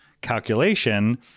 calculation